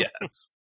yes